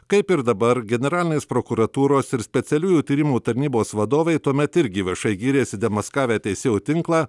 kaip ir dabar generalinės prokuratūros ir specialiųjų tyrimų tarnybos vadovai tuomet irgi viešai gyrėsi demaskavę teisėjų tinklą